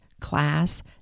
class